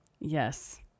Yes